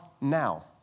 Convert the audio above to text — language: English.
now